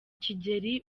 kigeli